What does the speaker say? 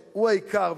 שהוא העיקר,